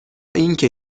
اینکه